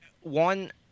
one